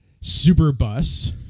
Superbus